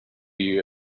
you